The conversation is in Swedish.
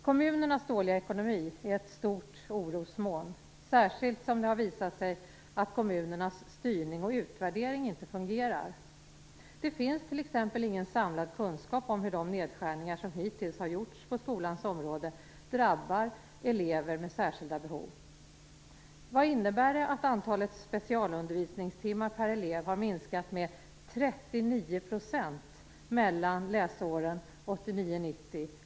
Kommunernas dåliga ekonomi är ett stort orosmoln, särskilt som det har visat sig att kommunernas styrning och utvärdering inte fungerar. Det finns t.ex. ingen samlad kunskap om hur de nedskärningar som hittills har gjorts på skolans område drabbar elever med särskilda behov. 1989 96? Ingen vet.